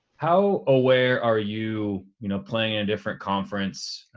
how aware are you you know playing in a different conference?